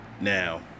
now